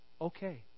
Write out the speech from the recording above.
Okay